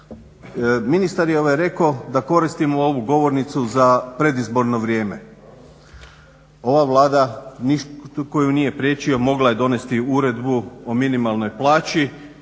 Ministar je rekao da koristimo ovu govornicu za predizborno vrijeme. Ova Vlada, nitko ju nije priječio, mogla je donijeti uredbu o minimalnoj plaći